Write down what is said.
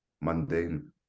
mundane